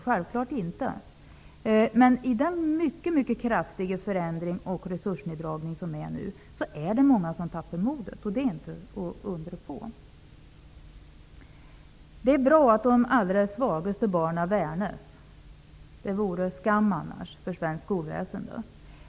I nuvarande situation med en mycket kraftig förändring och resursneddragning tappar många modet, och det är inte att undra på. Det är bra att de allra svagaste barnen värnas -- något annat vore en skam för svenskt skolväsende.